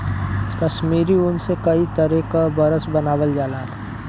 कसमीरी ऊन से कई तरे क बरस बनावल जाला